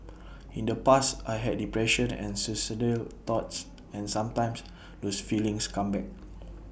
in the past I had depression and suicidal thoughts and sometimes those feelings come back